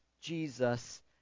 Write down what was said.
Jesus